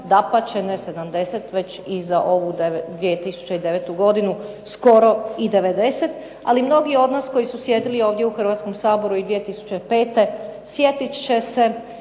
Dapače, ne 70 već i za ovu 2009. godinu skoro i 90, ali mnogi od nas koji su sjedili ovdje u Hrvatskom saboru i 2005. sjetit će se